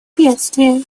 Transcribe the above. бедствия